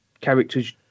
characters